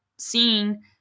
seeing